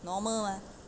normal ah